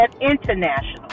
international